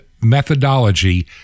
methodology